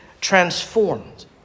transformed